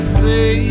say